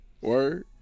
Word